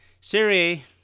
Siri